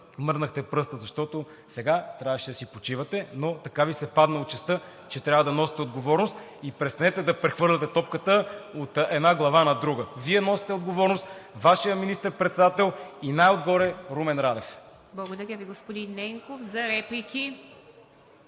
мръднахте пръста, защото сега трябваше да си почивате, но така Ви се е паднала участта, че трябва да носите отговорност. И престанете да прехвърляте топката от една глава на друга – Вие носите отговорност, Вашият министър-председател и най-отгоре Румен Радев. ПРЕДСЕДАТЕЛ ИВА МИТЕВА: Благодаря Ви, господин Ненков. За реплики?